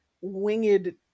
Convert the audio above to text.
winged